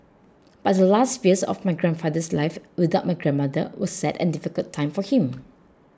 but the last few years of my grandfather's life without my grandmother were sad and difficult time for him